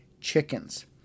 chickens